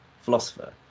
philosopher